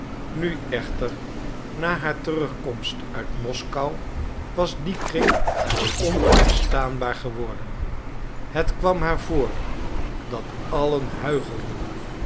nu echter na haar terugkomst uit moskou was die kring haar onuitstaanbaar geworden het kwam haar voor dat allen huichelden